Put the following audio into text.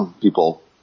people